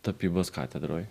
tapybos katedroj